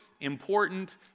important